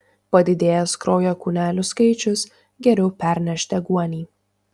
padidėjęs kraujo kūnelių skaičius geriau perneš deguonį